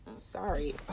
Sorry